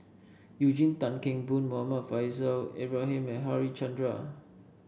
Eugene Tan Kheng Boon Muhammad Faishal Ibrahim and Harichandra